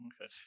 Okay